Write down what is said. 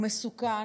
הוא מסוכן,